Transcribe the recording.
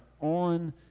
on